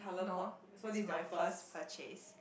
no this my first purchase